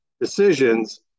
decisions